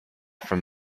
from